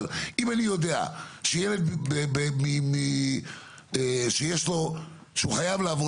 אבל אם אני יודע שילד שהוא חייב לעבור